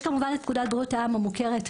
יש כמובן את פקודת בריאות העם המוכרת,